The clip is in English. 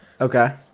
okay